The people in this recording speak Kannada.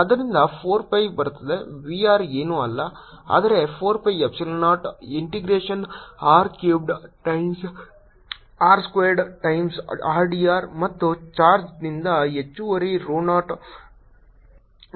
ಆದ್ದರಿಂದ ಇದು 4 pi ಬರುತ್ತದೆ v r ಏನೂ ಅಲ್ಲ ಆದರೆ 4 pi epsilon 0 integration r cubed times r squared times r d r ಮತ್ತು ಚಾರ್ಜ್ನಿಂದ ಹೆಚ್ಚುವರಿ rho ನಾಟ್ ಬರುತ್ತಿದೆ